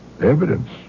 Evidence